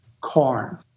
corn